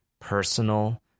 personal